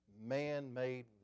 man-made